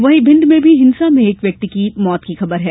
वहीं भिण्ड में भी हिंसा में एक व्यक्ति की मौत की खबर है